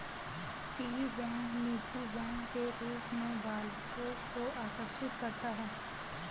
piggy bank निजी bank के रूप में बालकों को आकर्षित करता है